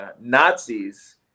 Nazis